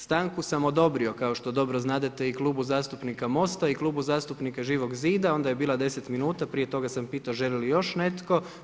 Stanku sam odobrio kao što dobro znadete i Klubu zastupnika Mosta i Klubu zastupnika Živog zida, onda je bila 10 min, prije toga sam pitao želi li još netko.